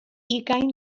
ugain